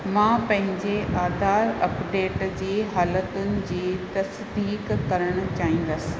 मां पहिंजे आधार अपडेट जी हालतुनि जी तसदीक़ु करण चाहींदसि